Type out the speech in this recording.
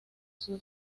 sus